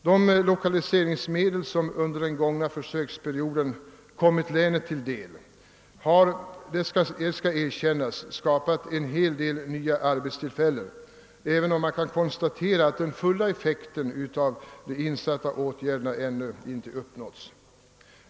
De lokaliseringsmedel som under den gångna försöksperioden kommit länet till del har, det skall erkännas, skapat en hel del nya arbetstillfällen, även om man kan konstatera att den fulla effekten av åtgärderna ännu ej uppnåtts.